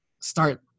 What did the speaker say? start